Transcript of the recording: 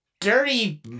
dirty